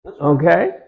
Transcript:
okay